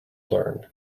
learn